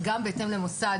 וגם בהתאם למוסד.